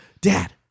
dad